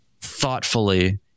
thoughtfully